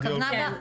היא התכוונה -- כן,